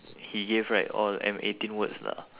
he gave right all M eighteen words lah